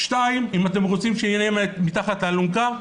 שתיים, אם אתם רוצים שנהיה מתחת לאלונקה,